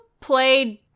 played